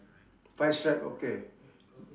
five stripe okay